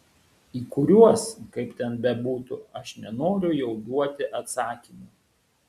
į kuriuos kaip ten bebūtų aš nenoriu jau duoti atsakymų